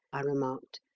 i remarked,